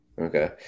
Okay